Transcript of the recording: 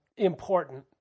important